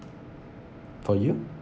for you